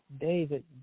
David